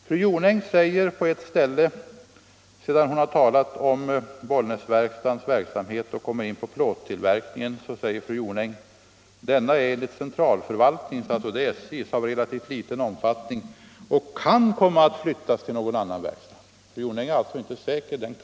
Fru Jonäng säger på ett ställe att plåttillverkningen vid Bollnäs verkstad, som enligt SJ:s centralförvaltning har relativt liten omfattning, kan komma att flyttas till någon annan verkstad. Fru Jonäng är alltså inte säker.